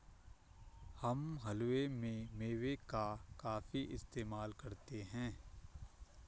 हम हलवे में मेवे का काफी इस्तेमाल करते हैं